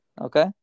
okay